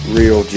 real